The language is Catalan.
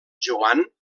joan